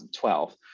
2012